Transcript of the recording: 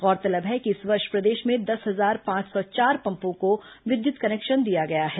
गौरतलब है कि इस वर्ष प्रदेश में दस हजार पांच सौ चार पम्पों को विद्युत कनेक्शन दिया गया है